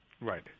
Right